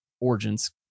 Origins